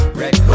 red